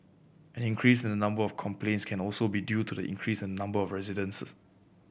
an increase in the number of complaints can also be due to the increase in number of residents